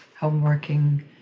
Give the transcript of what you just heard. homeworking